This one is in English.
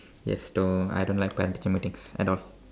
yes so I don't like parent teacher meeting at all